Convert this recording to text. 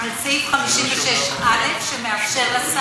על סעיף 56(א), שמאפשר לשר.